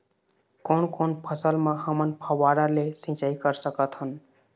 कोन कोन फसल म हमन फव्वारा ले सिचाई कर सकत हन?